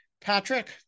Patrick